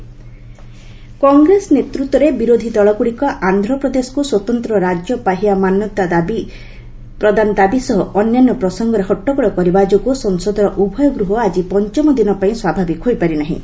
ପାର୍ ଆଡ୍ଜର୍ଣ୍ଣଡ୍ କଂଗ୍ରେସ ନେତୃତ୍ୱରେ ବିରୋଧ ଦଳଗୁଡ଼ିକ ଆନ୍ଧ୍ରପ୍ରଦେଶକୁ ସ୍ୱତନ୍ତ୍ର ରାଜ୍ୟ ପାହ୍ୟା ମାନ୍ୟତା ପ୍ରଦାନ ଦାବି ସହ ଅନ୍ୟାନ୍ୟ ପ୍ରସଙ୍ଗରେ ହଟ୍ଟଗୋଳ କରିବା ଯୋଗୁଁ ସଂସଦର ଉଭୟ ଗୃହ ଆଜି ପଞ୍ଚମ ଦିନ ପାଇଁ ସ୍ୱାଭାବିକ ହୋଇପାରି ନାହିଁ